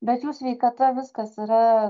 bet jų sveikata viskas yra